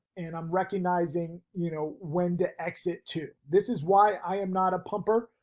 and i'm recognizing, you know, when to exit too, this is why i am not a pumper.